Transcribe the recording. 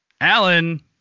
Alan